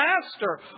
Master